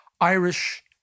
Irish